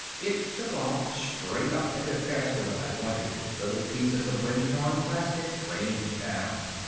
it took off straight up a bit faster than i wanted little pieces of wind-torn plastic rained down.